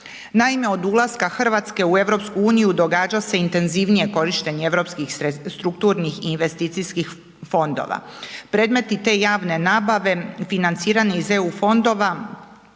Naime, od ulaska Hrvatske u EU događa se intenzivnije korištenje europskih strukturnih i investicijskih fondova. Predmeti te javne nabave financirani iz eu fondova